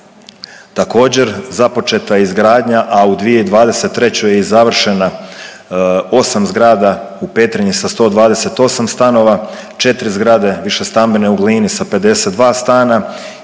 Također započeta je izgradnja, a u 2023. je i završena. 8 zgrada u Petrinji sa 128 stanova, 4 zgrade višestambene u Glini sa 52 stana